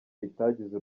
itagize